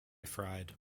fried